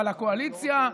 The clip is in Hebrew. אבל הקואליציה,